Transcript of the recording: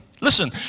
Listen